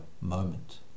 moment